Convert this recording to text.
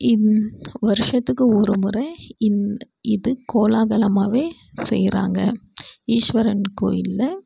இந் வருடத்துக்கு ஒரு முறை இந் இது கோலாகலமாகவே செய்கிறாங்க ஈஸ்வரன் கோயிலில்